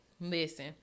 listen